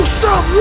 stop